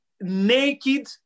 naked